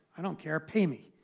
i don't care pay me.